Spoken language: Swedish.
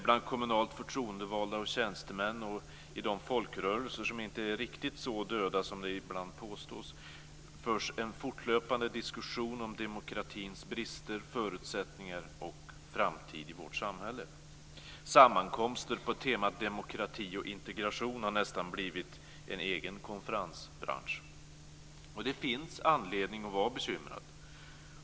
Bland kommunalt förtroendevalda och tjänstemän och i de folkrörelser, som inte är riktigt så döda som det ibland påstås, förs en fortlöpande diskussion om demokratins brister, förutsättningar och framtid i vårt samhälle. Sammankomster på temat demokrati och integration har nästan blivit en egen konferensbransch. Det finns anledning att vara bekymrad.